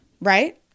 right